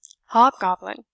hobgoblin